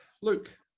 luke